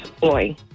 Boy